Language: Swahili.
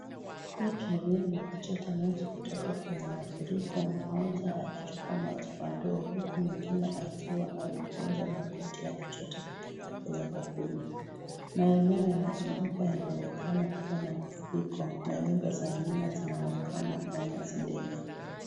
Watu wawili wakichota maji kutoka kwenye mafuriko, mmoja akichukua maji kwa ndoo huku mwengine akiwa anekunja magoti akichota kwenye bakuli. Maeneo yanazunguka yanaonekana kuwa na mafuriko na nyumba za nyuma zinaonekana za nyasi ndefu.